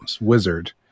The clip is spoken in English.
wizard